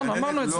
אמרנו את זה.